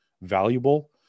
valuable